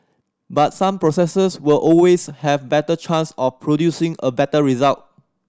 but some processes will always have better chance of producing a better result